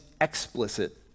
explicit